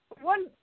one